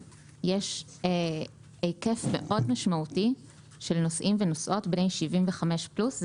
יש היקף משמעותי מאוד של נוסעים ונוסעות בני 75 פלוס.